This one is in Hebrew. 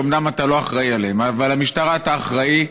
שאומנם אתה לא אחראי להם אבל למשטרה אתה אחראי,